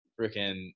freaking